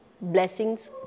blessings